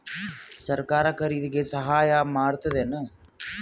ಸರಕಾರ ಖರೀದಿಗೆ ಸಹಾಯ ಮಾಡ್ತದೇನು?